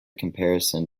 comparison